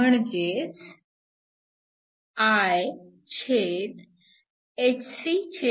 म्हणजेच I